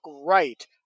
right